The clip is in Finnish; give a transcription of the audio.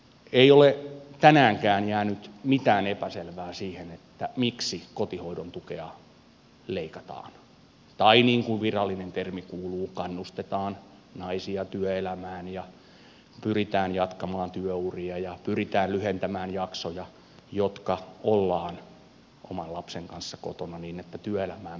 ei ole tänäänkään jäänyt mitään epäselvää siitä miksi kotihoidon tukea leikataan tai niin kuin virallinen termi kuuluu kannustetaan naisia työelämään ja pyritään jatkamaan työuria ja pyritään lyhentämään jaksoja jotka ollaan oman lapsen kanssa kotona niin että työelämään pääsy olisi helpompaa